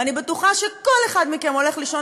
ואני בטוחה שכל אחד מכם הולך לישון